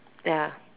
ya